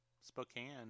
Spokane